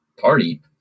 Party